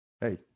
Hey